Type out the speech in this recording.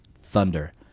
Thunder